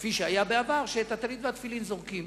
כפי שהיה בעבר, שאת הטלית ואת התפילין זורקים.